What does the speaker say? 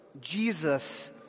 Jesus